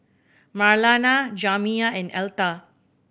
Marlana Jamiya and Elta